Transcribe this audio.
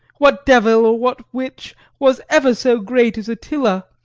what devil or what witch was ever so great as attila,